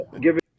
giving